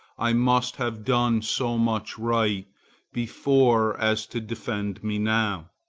i must have done so much right before as to defend me now.